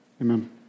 amen